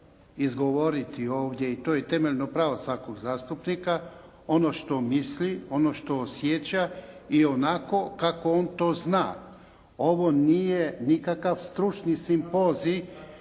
izgovoriti ovdje i to je temeljno pravo svakog zastupnika ono što misli, ono što osjeća i onako kako on to zna. Ovo nije nikakav stručni simpozij,